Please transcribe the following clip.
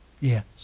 yes